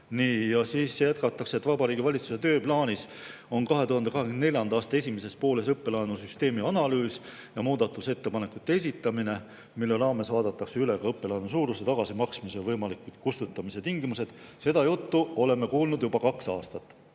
Ja jätkatakse, et Vabariigi Valitsuse tööplaanis on 2024. aasta esimeses pooles õppelaenusüsteemi analüüs ja muudatusettepanekute esitamine, mille raames vaadatakse üle ka õppelaenu suurused ja tagasimaksmise [kohustuse] võimaliku kustutamise tingimused. Seda juttu oleme kuulnud juba kaks aastat.